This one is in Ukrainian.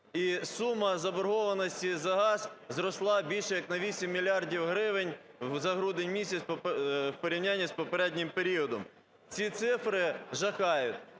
сума заборгованості за газ зросла більше як на 8 мільярдів гривень за грудень місяць в порівнянні з попереднім періодом. Ці цифри жахають,